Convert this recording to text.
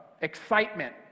excitement